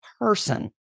person